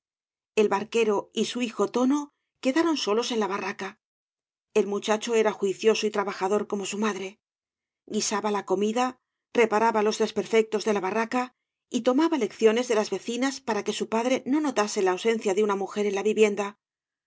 el barquero y su hijo tono quedaron solos en la barraca el muchacho era juicioso y trabajador como su madre guisaba la comida reparaba los desperfectos de la barraca y tomaba lecciones de las vecinas para que su padre no notase la ausencia de una mujer en la vivienda